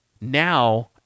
Now